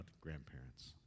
grandparents